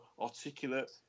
articulate